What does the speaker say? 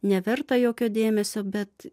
neverta jokio dėmesio bet